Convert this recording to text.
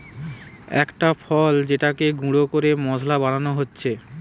একটা ফল যেটাকে গুঁড়ো করে মশলা বানানো হচ্ছে